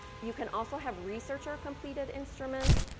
you can also have researcher completed instruments,